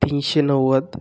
तीनशे नव्वद